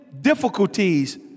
difficulties